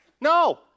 No